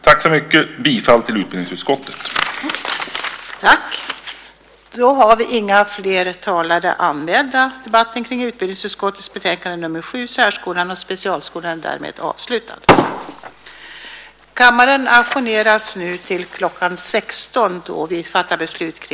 Jag yrkar bifall till förslaget i utbildningsutskottets betänkande.